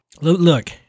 look